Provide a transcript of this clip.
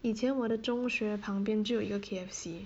以前我的中学旁边就有一个 K_F_C